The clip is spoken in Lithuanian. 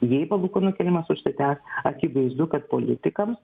jei palūkanų kilimas užsitęs akivaizdu kad politikams